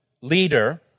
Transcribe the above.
leader